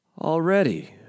already